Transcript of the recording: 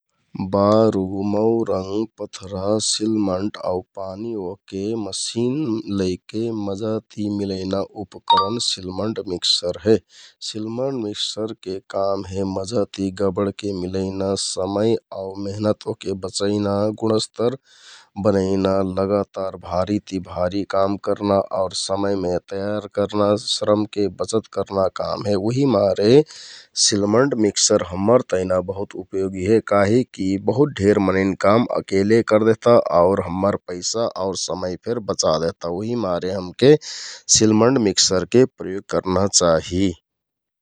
बारु, मौरंग, पथरा, सिलमन्ट आउ पानी ओहके मसिन लैके मजाति मिलैना उपकरण सिलमन्ट मिक्सर हे । सिलमन्ट मिकसरके काम हे मजा ति गबडनाके मिलैना आउ समय आउ मेहनत ओहके बचैना, गुणस्तर बनैना, लगातार भारि ति भारि काम करना आउर समयमे तयार करना, श्रमके बचत करना काम हे । उहिमारे सिलमन्ट मिक्सर हम्मर तहना बहुत उपयोगि हे काहिककि बहुत ढेर मनैंन काम अकेले करदेहता आउर हम्मर पैंसा आउर समय फेर बचा देहता उहिमारे हमके सिलमन्ट मिक्चरके प्रयोग करना चाहि ।